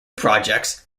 projects